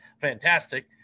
fantastic